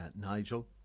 Nigel